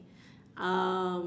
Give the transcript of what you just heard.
um